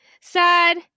sad